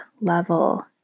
level